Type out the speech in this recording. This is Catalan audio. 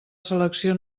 selecció